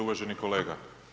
Uvaženi kolega.